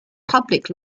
public